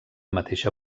mateixa